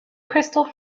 crystal